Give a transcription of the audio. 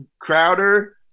Crowder